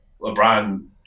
LeBron